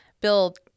build